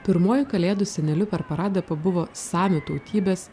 pirmuoju kalėdų seneliu per paradą pabuvo samių tautybės